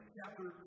Chapter